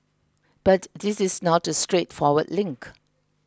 but this is not a straightforward link